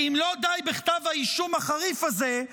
ואם לא די בכתב האישום החריף הזה,